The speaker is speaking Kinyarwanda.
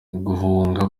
guhunga